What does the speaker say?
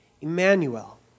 Emmanuel